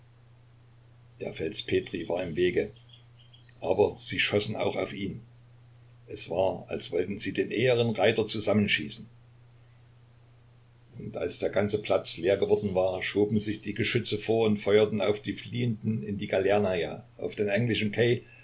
der fels petri war im wege aber sie schossen auch auf ihn es war als wollten sie den ehernen reiter zusammenschießen und als der ganze platz leer geworden war schoben sie die geschütze vor und feuerten auf die fliehenden in die galernaja auf den